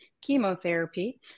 chemotherapy